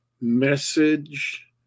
message